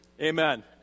Amen